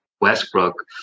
Westbrook